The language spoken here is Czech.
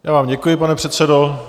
Já vám děkuji, pane předsedo.